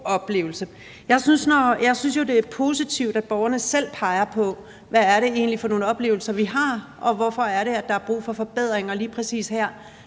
oplevelse. Jeg synes jo, det er positivt, at borgerne selv peger på, hvad det egentlig er for nogle oplevelser, de har, og hvorfor det er, der er brug for forbedringer lige præcis her.